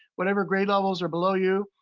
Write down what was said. whatever grade levels are below you.